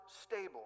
stable